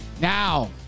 Now